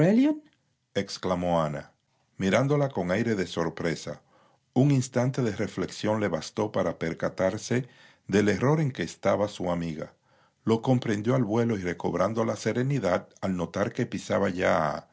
exclamó ana mirándola con aire de sorpresa un instante de reflexión le bastó para percatarse del error en que estaba su amiga lo comprendió al vuelo y recobrando la serenidad al notar que pisaba ya